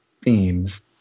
themes